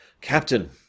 Captain